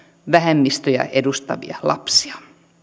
vähemmistöjä edustavia lapsia